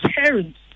parents